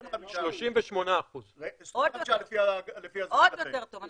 25%. 38%. עוד יותר טוב.